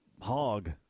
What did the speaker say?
hog